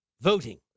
voting